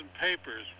Papers